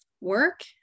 work